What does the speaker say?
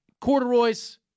corduroys